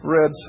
Red